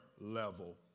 level